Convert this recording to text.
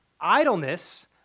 Idleness